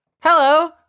Hello